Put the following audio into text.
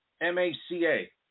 m-a-c-a